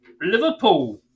Liverpool